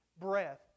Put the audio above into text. breath